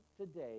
today